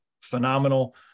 phenomenal